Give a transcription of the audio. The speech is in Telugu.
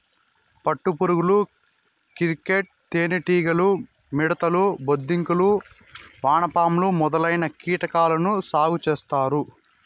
పట్టు పురుగులు, క్రికేట్స్, తేనె టీగలు, మిడుతలు, బొద్దింకలు, వానపాములు మొదలైన కీటకాలను సాగు చేత్తారు